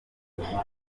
amatsiko